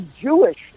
Jewish